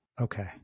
Okay